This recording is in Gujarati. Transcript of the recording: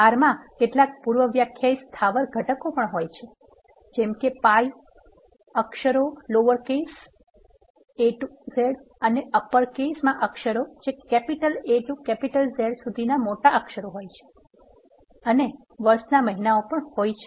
R માં કેટલાક પૂર્વવ્યાખ્યાયિત સ્થાવર ઘટકો પણ હોય છે જેમ કે પાઇ અક્ષરો લોઅરકેસ a to z અને અપરકેસમાં અક્ષરો જે A to Z સુધીના મોટા અક્ષરો હોય છે અને વર્ષ ના મહિનાઓ પણ હોઇ છે